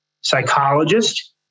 psychologist